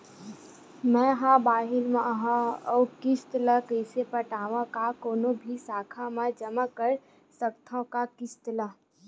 मैं हा बाहिर मा हाव आऊ किस्त ला कइसे पटावव, का कोनो भी शाखा मा जमा कर सकथव का किस्त ला?